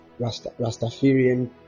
Rastafarian